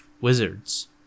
wizards